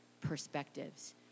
perspectives